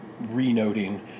re-noting